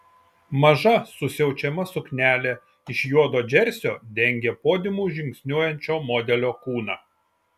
maža susiaučiama suknelė iš juodo džersio dengė podiumu žingsniuojančio modelio kūną